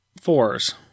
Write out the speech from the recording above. fours